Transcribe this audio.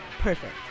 Perfect